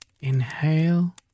inhale